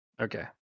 okay